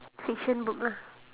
fiction book lah